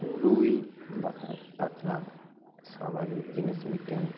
ᱨᱩᱭ ᱵᱟᱠᱷᱟᱡ ᱠᱟᱛᱞᱟ ᱥᱟᱵ ᱟᱹᱜᱩ ᱡᱤᱱᱤᱥ ᱢᱤᱫᱴᱮᱱ